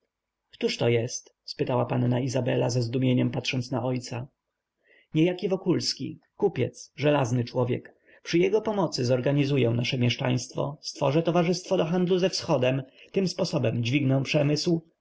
działać któżto jest spytała panna izabela ze zdumieniem patrząc na ojca niejaki wokulski kupiec żelazny człowiek przy jego pomocy zorganizuję nasze mieszczaństwo stworzę towarzystwo do handlu ze wschodem tym sposobem dźwignę przemysł